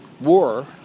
War